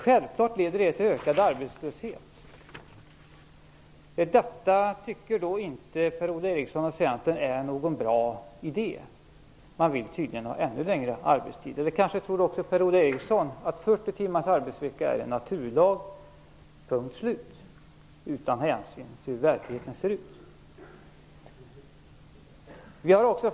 Självfallet leder det till ökad arbetslöshet. Men Per-Ola Eriksson och Centern vill tydligen ha ännu längre arbetstider. Eller tror kanske även Per Ola Eriksson, utan hänsyn till hur verkligheten ser ut, att 40 timmars arbetsvecka är en naturlag, punkt slut?